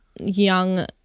young